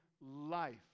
life